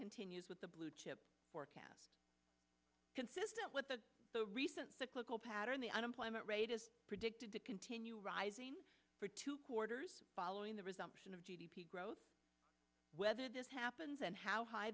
continues with the blue chip forecast consistent with the recent cyclical pattern the unemployment rate is predicted to continue rising for two quarters following the resumption of g d p growth whether this happens and how high